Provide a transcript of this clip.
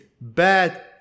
bad